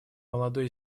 молодой